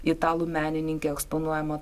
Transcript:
italų menininke eksponuojama